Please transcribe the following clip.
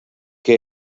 què